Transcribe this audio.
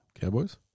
Cowboys